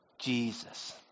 Jesus